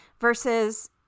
versus